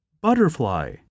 Butterfly